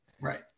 right